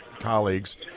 colleagues